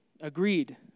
agreed